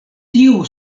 tiu